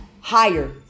higher